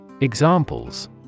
Examples